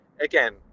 again